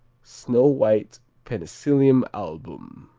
snow-white penicillium album.